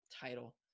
title